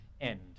end